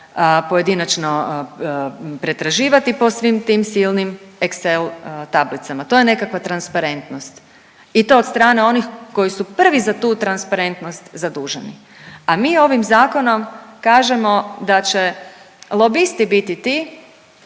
pojedinačno pretraživati po svim tim silnim excell tablicama, to je nekakva transparentnost i to od strane onih koji su prvi za tu transparentnost zaduženi, a mi ovim zakonom kažemo da će lobisti biti ti